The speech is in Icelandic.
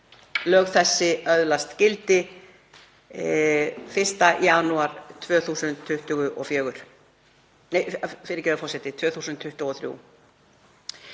Lög þessi öðlast gildi 1. janúar 2023.“